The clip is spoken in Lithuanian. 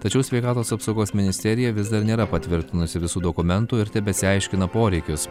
tačiau sveikatos apsaugos ministerija vis dar nėra patvirtinusi visų dokumentų ir tebesiaiškina poreikius